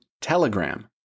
Telegram